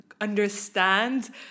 understand